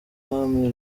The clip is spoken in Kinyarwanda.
mwami